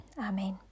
Amen